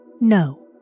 No